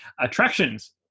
attractions